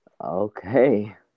Okay